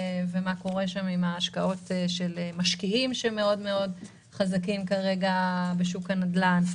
מה קורה עם ההשקעות של משקיעים שהם חזקים מאוד כרגע בשוק הנדל"ן,